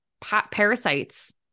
parasites